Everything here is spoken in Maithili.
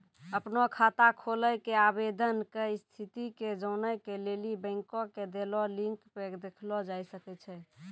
अपनो खाता खोलै के आवेदन के स्थिति के जानै के लेली बैंको के देलो लिंक पे देखलो जाय सकै छै